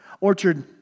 Orchard